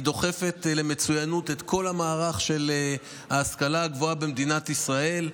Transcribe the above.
היא דוחפת למצוינות את כל המערך של ההשכלה הגבוהה במדינת ישראל.